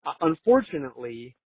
Unfortunately